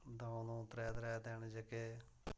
दो दो त्रै त्रै दिन जेह्के